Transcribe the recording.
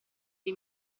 dei